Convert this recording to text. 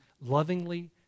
lovingly